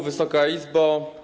Wysoka Izbo!